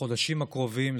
בחודשים הקרובים,